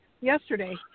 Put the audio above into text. yesterday